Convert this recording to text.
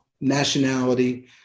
nationality